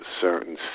certain